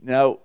Now